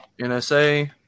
NSA